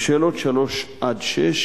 לשאלות 3 6,